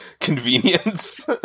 convenience